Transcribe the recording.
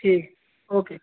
ٹھیک اوکے